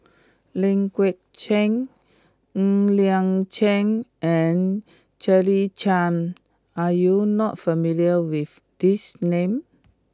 Ling Geok Choon Ng Liang Chiang and Claire Chiang are you not familiar with these names